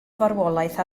farwolaeth